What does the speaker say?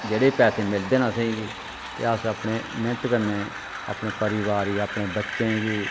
जेह्ड़े बी पैसे मिलदे ना असें गी ते अस अपने मेह्नत कन्नै अपने परोआर गी अपने बच्चें गी